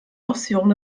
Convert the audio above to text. ausführung